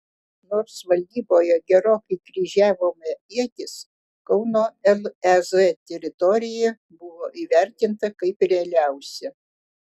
nors valdyboje gerokai kryžiavome ietis kauno lez teritorija buvo įvertinta kaip realiausia